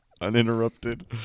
uninterrupted